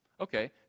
Okay